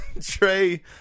Trey